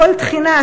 כל תחנה,